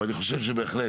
אני חשוב שבהחלט